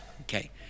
Okay